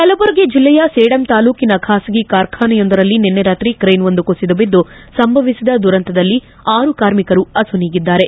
ಕಲಬುರಗಿ ಜಿಲ್ಲೆಯ ಸೇಡಂ ತಾಲೂಕಿನ ಖಾಸಗಿ ಕಾರ್ಖಾನೆಯೊಂದರಲ್ಲಿ ನಿನ್ನೆ ರಾತ್ರಿ ಕ್ರೇನ್ವೊಂದು ಕುಸಿದುಬಿದ್ದು ಸಂಭವಿಸಿದ ದುರಂತದಲ್ಲಿ ಆರು ಕಾರ್ಮಿಕರು ಅಸುನೀಗಿದ್ದಾರೆ